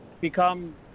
become